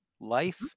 life